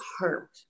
hurt